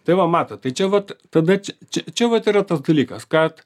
tai va matot čia vat tada čia čia vat yra tas dalykas kad